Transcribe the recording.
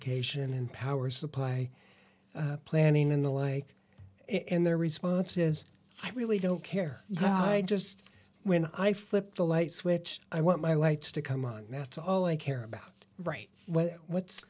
ication and power supply planning in the lake and their response is i really don't care i just when i flip the light switch i want my lights to come up and that's all i care about right what's